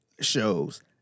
shows